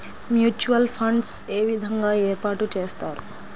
Mutual funds ఏ విధంగా ఏర్పాటు చేస్తారు?